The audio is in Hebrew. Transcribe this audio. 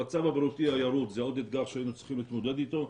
המצב הבריאותי הירוד זה עוד אתגר שהיינו צריכים להתמודד איתו,